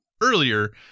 earlier